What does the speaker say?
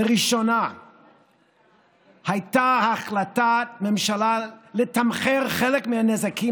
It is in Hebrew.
לראשונה הייתה החלטת ממשלה לתמחר חלק מהנזקים